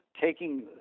taking